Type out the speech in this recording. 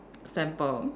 sample